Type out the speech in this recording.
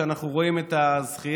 כשאנחנו רואים את הזכייה,